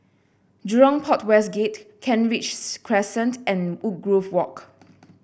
Jurong Port West Gate Kent Ridge Crescent and Woodgrove Walk